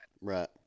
Right